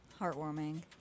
Heartwarming